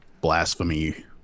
blasphemy